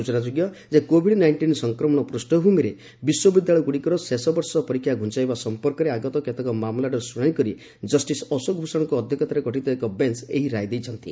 ସୂଚନା ଯୋଗ୍ୟ ଯେ କୋଭିଡ୍ ନାଇଣ୍ଟିନ୍ ସଂକ୍ରମଣ ପୃଷ୍ଣଭୂମିରେ ବିଶ୍ୱବିଦ୍ୟାଳୟଗୁଡ଼ିକର ଶେଷ ବର୍ଷ ପରୀକ୍ଷା ଘୁଞ୍ଚାଇବା ସମ୍ପର୍କରେ ଆଗତ କେତେକ ମାମଲାର ଶୁଣାଣି କରି ଜଷ୍ଟିସ୍ ଅଶୋକ ଭୂଷଣଙ୍କ ଅଧ୍ୟକ୍ଷତାରେ ଗଠିତ ଏକ ବେଞ୍ଚ୍ ଏହି ରାୟ ଦେଇଛନ୍ତି